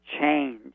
change